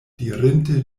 dirinte